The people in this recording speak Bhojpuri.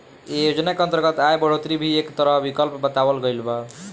ऐ योजना के अंतर्गत आय बढ़ोतरी भी एक तरह विकल्प बतावल गईल बा